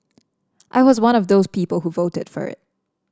I was one of the people who voted for it